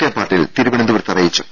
K Patil തിരുവനന്തപുരത്ത് അറിയിച്ചു